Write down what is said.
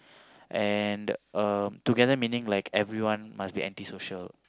and um together meaning like everyone must be antisocial